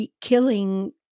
killing